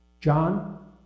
John